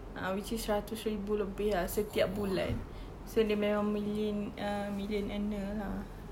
a'ah which is seratus ribu lebih ah setiap bulan so dia memang milli~ million earner lah